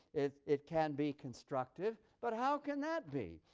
it it can be constructive, but how can that be?